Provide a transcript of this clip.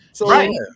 right